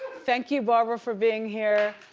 thank you barbara for being here.